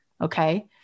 Okay